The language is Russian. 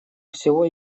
всего